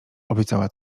obiecała